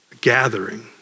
Gathering